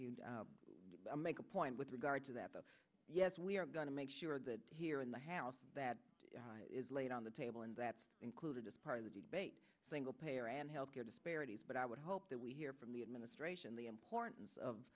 you to make a point with regard to that yes we are going to make sure that here in the house that is laid on the table and that's included as part of the debate single payer and health care disparities but i would hope that we hear from the administration the i